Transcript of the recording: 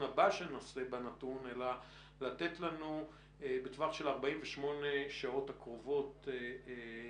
הבא שיעסוק בזה אלא לתת לנו בטווח של 48 השעות הקרובות דיווח